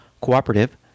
Cooperative